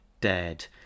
dead